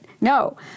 No